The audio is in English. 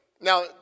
Now